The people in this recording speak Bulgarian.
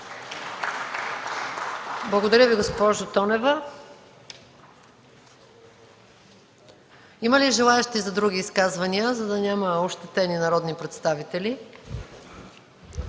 Благодаря Ви, госпожо Тонева. Има ли други желаещи за изказвания, за да няма ощетени народни представители?